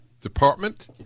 Department